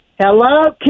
Hello